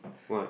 what